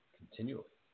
continually